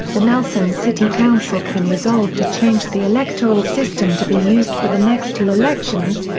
the nelson city council can resolve to change the electoral system to be used for the next two elections,